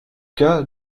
cas